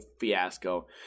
fiasco